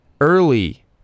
early